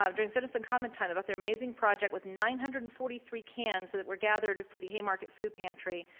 um during citizen comment time about their amazing project with nine hundred and forty three cans that were gathered for the haymarket food pantry.